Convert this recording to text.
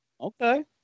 Okay